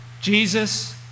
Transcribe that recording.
Jesus